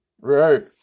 Right